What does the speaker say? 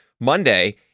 Monday